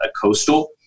coastal